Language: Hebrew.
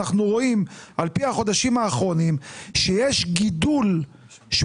אנחנו רואים על-פי החודשים האחרונים שיש גידול שהוא